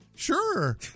Sure